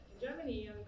Germany